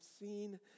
seen